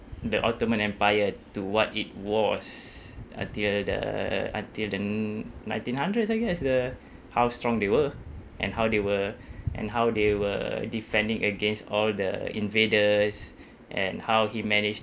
the ottoman empire to what it was until the until the nineteen hundred I guess the how strong they were and how they were and how they were defending against all the invaders and how he managed